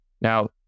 Now